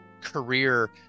career